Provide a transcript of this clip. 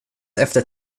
efter